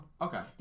Okay